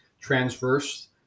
transverse